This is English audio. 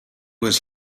was